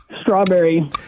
Strawberry